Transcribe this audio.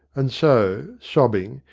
and so, sobbing,